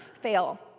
fail